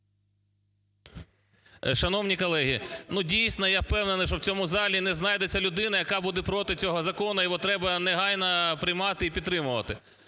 Шановні колеги, ну, дійсно, я впевнений, що в цьому залі не зайдеться людини, яка буде проти цього закону, його треба негайно приймати і підтримувати.